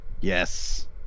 Yes